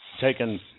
taken